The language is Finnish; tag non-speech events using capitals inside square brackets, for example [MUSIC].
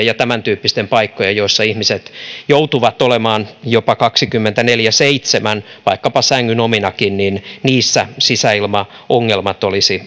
[UNINTELLIGIBLE] ja tämäntyyppisten paikkojen joissa ihmiset joutuvat olemaan jopa kaksikymmentäneljä kautta seitsemän vaikkapa sängyn omanakin sisäilmaongelmat olisi